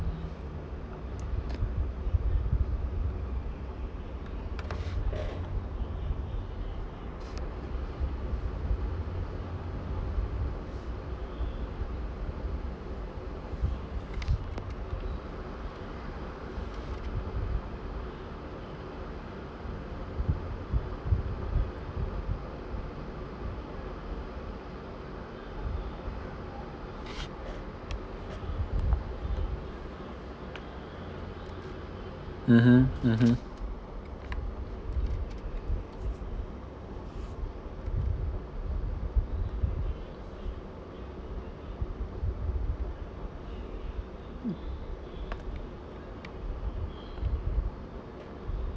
mmhmm mmhmm